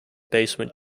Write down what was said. basement